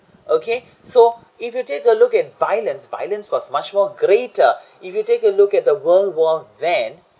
okay so if you take a look at violence violence was much more greater if you take a look at the world war van